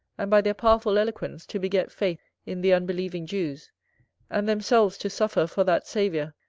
and by their powerful eloquence to beget faith in the unbelieving jews and themselves to suffer for that saviour,